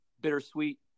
bittersweet